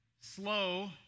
Slow